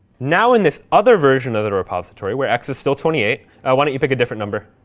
now, in this other version of the repository, where x is still twenty eight why don't you pick a different number?